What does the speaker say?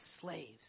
slaves